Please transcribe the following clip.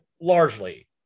largely